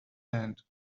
band